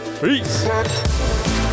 Peace